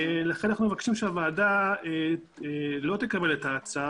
לכן אנחנו מבקשים שהוועדה לא תקבל את ההצעה